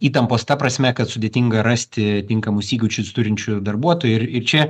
įtampos ta prasme kad sudėtinga rasti tinkamus įgūdžius turinčių darbuotojų ir ir čia